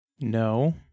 No